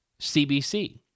CBC